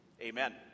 Amen